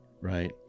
Right